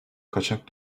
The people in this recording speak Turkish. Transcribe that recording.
kaçak